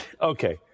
Okay